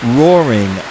roaring